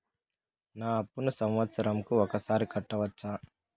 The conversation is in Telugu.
నా అప్పును సంవత్సరంకు ఒకసారి కట్టవచ్చా?